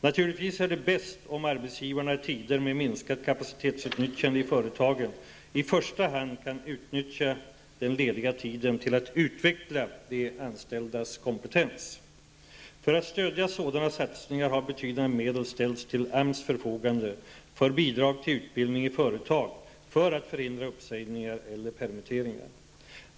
Naturligtvis är det bäst om arbetsgivarna i tider med minskat kapacitetsutnyttjande i företagen i första hand kan utnyttja den lediga tiden till att utveckla de anställdas kompetens. För att stödja sådana satsningar har betydande medel ställts till AMS förfogande för bidrag till utbildning i företag för att förhindra uppsägningar eller permitteringar.